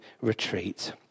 retreat